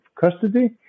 custody